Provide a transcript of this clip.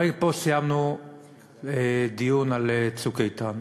הרי סיימנו פה דיון על "צוק איתן",